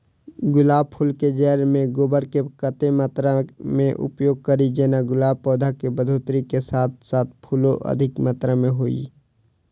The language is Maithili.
गुलाब फूल केँ जैड़ मे गोबर केँ कत्ते मात्रा मे उपयोग कड़ी जेना गुलाब पौधा केँ बढ़ोतरी केँ साथ साथ फूलो अधिक मात्रा मे होइ?